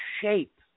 shape